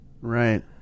Right